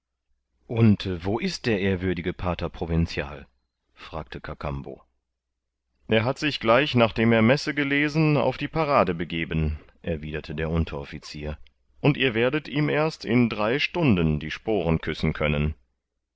und wo ist der ehrwürdige pater provinzial fragte kakambo er hat sich gleich nachdem er messe gelesen auf die parade begeben erwiderte der unterofficier und ihr werdet ihm erst in drei stunden die sporen küssen können